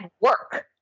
work